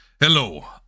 Hello